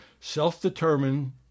self-determined